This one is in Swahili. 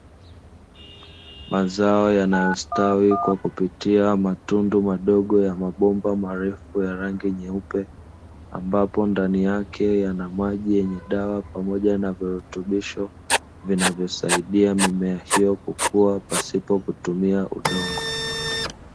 Mazao yanayostawi kwa kupitia matundu madogo ya mabomba marefu ya rangi nyeupe, ambapo ndani yake yana maji yenye dawa pamoja na virutubisho vinavyosaidia mimea hiyo kukua pasipo kutumia udongo.